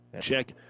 Check